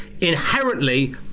inherently